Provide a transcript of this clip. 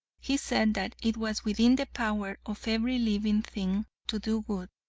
he said that it was within the power of every living thing to do good,